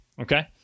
Okay